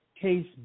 Case